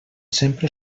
sempre